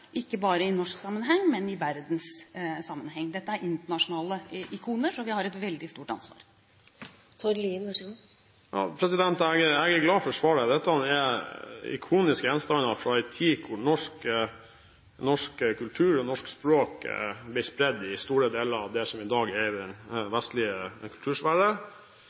ikke bare i norsk sammenheng, men i verdenssammenheng. Dette er internasjonale ikoner, så vi har et veldig stort ansvar. Jeg er glad for svaret. Dette er ikoniske gjenstander fra en tid hvor norsk kultur og norsk språk ble spredt i store deler av det som i dag er den vestlige kultursfære.